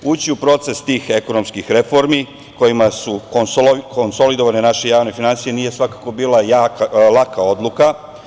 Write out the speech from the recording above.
Ući u proces tih ekonomskih reformi kojima su konsolidovane naše javne finansije nije svakako bila laka odluka.